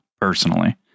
Personally